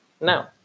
now